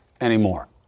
anymore